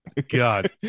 god